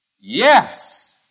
Yes